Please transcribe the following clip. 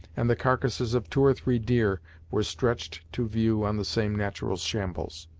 and the carcasses of two or three deer were stretched to view on the same natural shambles.